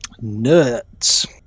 Nuts